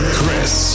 Chris